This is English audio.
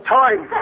time